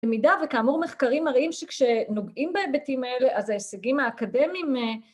במידה וכאמור מחקרים מראים שכשנוגעים בהיבטים האלה אז ההישגים האקדמיים